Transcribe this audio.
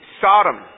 Sodom